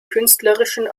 künstlerischen